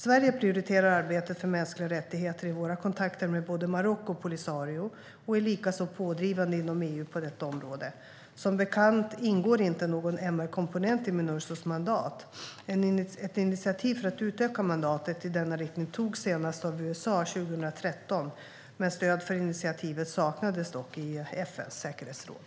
Sverige prioriterar arbetet för mänskliga rättigheter i våra kontakter med både Marocko och Polisario och är likaså pådrivande inom EU på detta område. Som bekant ingår inte någon MR-komponent i Minursos mandat. Ett initiativ för att utöka mandatet i denna riktning togs senast av USA 2013; stöd för initiativet saknades dock i FN:s säkerhetsråd.